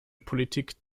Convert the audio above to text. politik